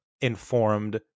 informed